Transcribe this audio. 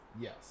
Yes